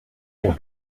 pour